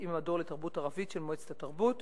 עם המדור לתרבות ערבית של מועצת התרבות